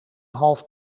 half